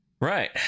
Right